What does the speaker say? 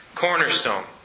cornerstone